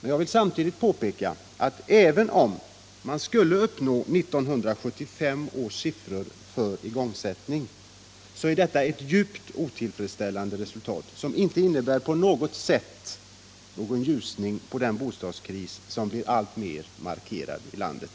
Men jag vill samtidigt påpeka att även om man skulle nå 1975 års siffror för igångsättning är detta ett djupt otillfredsställande resultat, som inte på något sätt innebär en ljusning i den bostadskris som blir alltmer markerad i landet.